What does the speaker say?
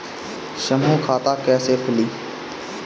समूह खाता कैसे खुली?